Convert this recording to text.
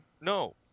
No